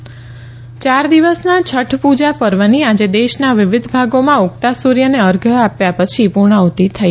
છઠૃ પુજા ચાર દિવસના છઠ્ઠ પુજા પર્વની આજે દેશના વિવિધ ભાગોમાં ઉગતા સુર્યને અર્ધ્ય આપ્યા પછી પુર્ણાહતી થઇ